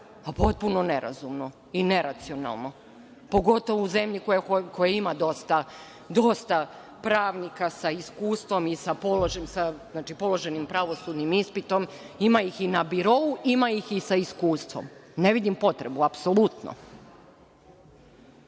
Potpuno nerazumno, i potpuno neracionalno pogotovo u zemlji koja ima dosta pravnika sa iskustvom i sa položenim pravosudnim ispitom. Ima ih i na birou sa iskustvom. Ne vidim potrebu apsolutno. Dalje